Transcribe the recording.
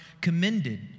commended